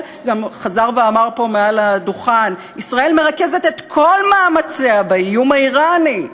גם חזר ואמר פה מעל הדוכן: ישראל מרכזת את כל מאמציה באיום האיראני.